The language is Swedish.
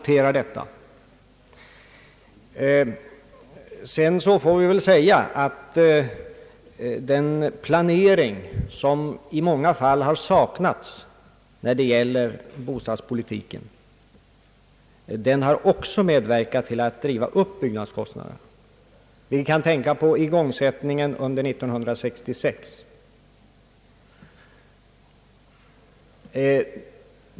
Sedan måste vi väl säga att den planering som i många fall har saknats för bostadspolitiken också har medverkat till att driva upp bostadskostnaderna. Vi kan tänka på igångsättningen under 1966.